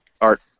Art